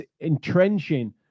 entrenching